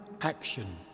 action